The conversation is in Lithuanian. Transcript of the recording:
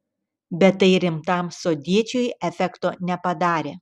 bet tai rimtam sodiečiui efekto nepadarė